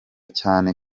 cyane